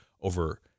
over